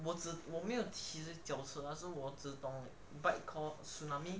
我只我没有骑脚车 so 我只懂 bike called tsunami